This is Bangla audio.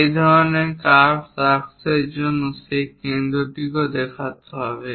এই ধরনের কার্ভ আর্কসের জন্য সেই কেন্দ্রটিও দেখাতে হবে